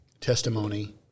testimony